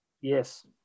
Yes